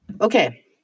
Okay